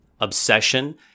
obsession